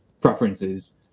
preferences